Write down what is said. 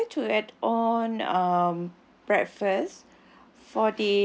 okay I would like to add on um breakfast